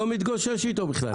לא מתגושש אתו בכלל.